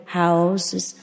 houses